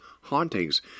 hauntings